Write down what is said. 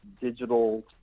digital